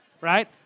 right